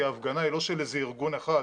כי ההפגנה היא לא של איזה ארגון אחד.